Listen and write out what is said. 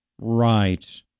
Right